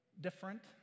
different